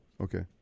Okay